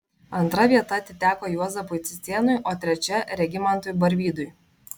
antra vieta atiteko juozapui cicėnui o trečia regimantui barvydui